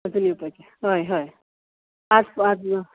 अजून येवपाच्यो आसा हय हय आज आज ना